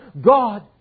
God